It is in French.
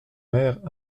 mère